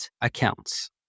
accounts